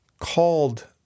called